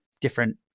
different